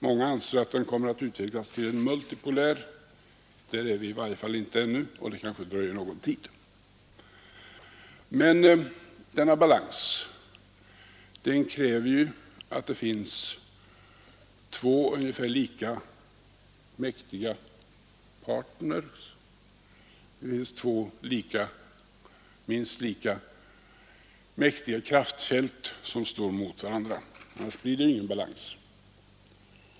Många anser att den kommer att utvecklas till en multipolär balans; där är vi i varje fall inte ännu, och det kanske dröjer någon tid. Men denna balans kräver ju att det finns två ungefär lika mäktiga partners, att det finns två minst lika mäktiga kraftfält som står mot varandra — annars blir det ju ingen balans.